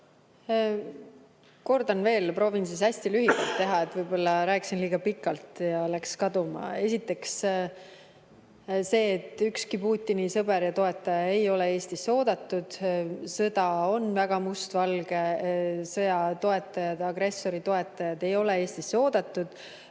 Kordan veel, proovin hästi lühidalt teha, võib-olla rääkisin liiga pikalt ja [mõte] läks kaduma. Esiteks, ükski Putini sõber ja toetaja ei ole Eestisse oodatud. Sõda on väga mustvalge, sõja toetajad, agressori toetajad ei ole Eestisse oodatud.